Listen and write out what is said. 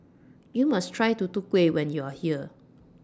YOU must Try Tutu Kueh when YOU Are here